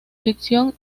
ficción